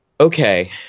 okay